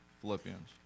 Philippians